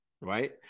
right